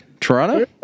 Toronto